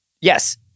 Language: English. yes